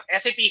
SAP